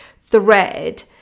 thread